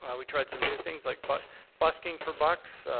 um we tried some new things like but busking for bucks.